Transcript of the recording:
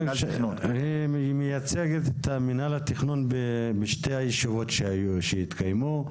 היא מייצגת את מינהל התכנון בשתי הישיבות שהתקיימו.